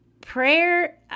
prayer